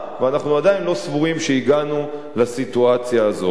ואנחנו עדיין לא סבורים שהגענו לסיטואציה הזו.